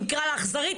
אם תקרא לה אכזרית,